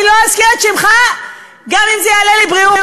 אני לא אזכיר את שמך גם אם זה יעלה לי בבריאות.